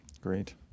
Great